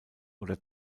oder